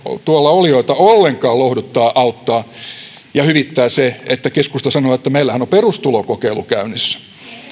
olijoita ollenkaan lohduttaa auttaa ja hyvittää se että keskusta sanoo että meillähän on perustulokokeilu käynnissä